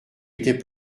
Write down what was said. était